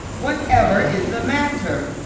whatever is the matter?